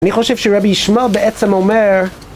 אני חושב שרבי ישמעל בעצם אומר...